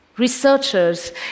Researchers